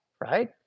right